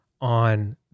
on